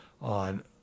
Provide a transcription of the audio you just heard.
on